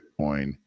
Bitcoin